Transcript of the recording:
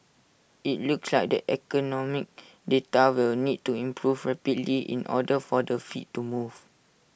IT looks like the economic data will need to improve rapidly in order for the fed to move